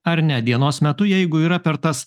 ar ne dienos metu jeigu yra per tas